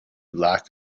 lack